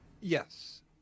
Yes